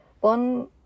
One